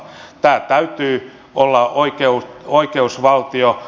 tämän täytyy olla oikeusvaltio